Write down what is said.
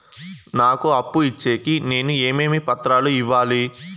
నాకు అప్పు ఇచ్చేకి నేను ఏమేమి పత్రాలు ఇవ్వాలి